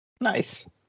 Nice